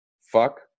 Fuck